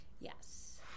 Yes